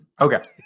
Okay